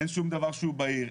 אין שום דבר שהוא בהיר,